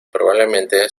probablemente